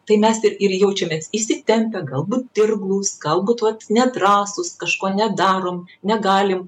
tai mes ir ir jaučiamės įsitempę galbūt dirglūs galbūt vat nedrąsūs kažko nedarom negalim